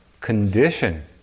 condition